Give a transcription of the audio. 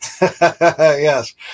Yes